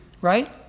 Right